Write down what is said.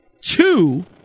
two